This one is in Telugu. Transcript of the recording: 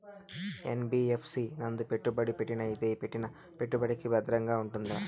యన్.బి.యఫ్.సి నందు పెట్టుబడి పెట్టినట్టయితే పెట్టిన పెట్టుబడికి భద్రంగా ఉంటుందా?